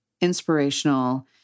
inspirational